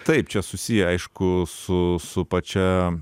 taip čia susiję aišku su su pačia